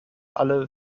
alle